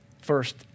First